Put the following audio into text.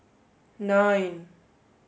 nine